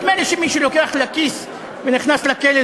נדמה לי שמי שלוקח לכיס ונכנס לכלא,